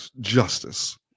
justice